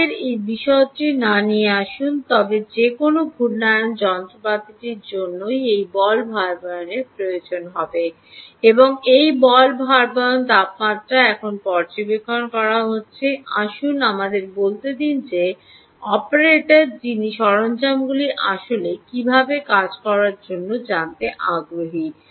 সেই বিশদটি নিয়ে আসুন তবে যে কোনও ঘূর্ণায়মান যন্ত্রপাতিটির জন্য এই বল ভারবহন প্রয়োজন হবে এবং এই বল ভারবহন তাপমাত্রা এখন পর্যবেক্ষণ করা হচ্ছে আসুন আমাদের বলতে দিন যে অপারেটর যিনি সরঞ্জামগুলি আসলে কীভাবে কাজ করছে তা জানতে আগ্রহী